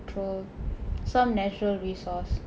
petrol some natural resource